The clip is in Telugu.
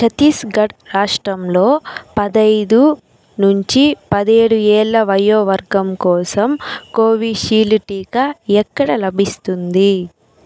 ఛత్తీస్గఢ్ రాష్ట్రంలో పదైదు నుంచి పదిఏడు ఏళ్ల వయో వర్గం కోసం కోవిషీల్డ్ టీకా ఎక్కడ లభిస్తుంది